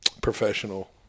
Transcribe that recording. professional